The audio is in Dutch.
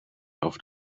over